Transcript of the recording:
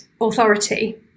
authority